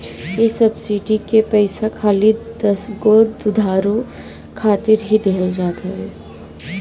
इ सब्सिडी के पईसा खाली दसगो दुधारू खातिर ही दिहल जात हवे